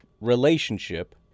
relationship